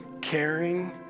caring